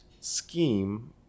scheme